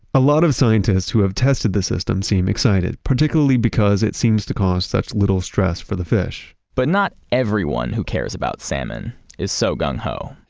a lot of scientists who have tested the system seem excited. particularly because it seems to cause such little stress for the fish but not everyone who cares about salmon is so gung-ho.